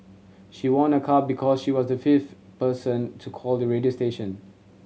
she won a car because she was the fifth person to call the radio station